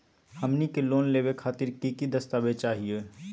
हमनी के लोन लेवे खातीर की की दस्तावेज चाहीयो?